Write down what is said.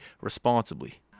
responsibly